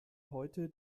heute